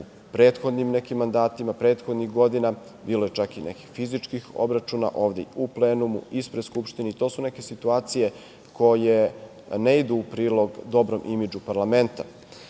u prethodnim nekim mandatima prethodnih godina, bilo je čak i nekih fizičkih obračuna ovde u plenumu, ispred Skupštine. To su neke situacije koje ne idu u prilog dobrom imidžu parlamenta